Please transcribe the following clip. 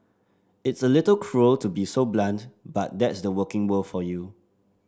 it's a little cruel to be so blunt but that's the working world for you